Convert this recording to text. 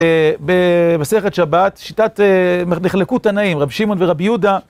במסכת שבת, שיטת... נחלקו תנאים, רב שמעון ורב יהודה